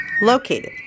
located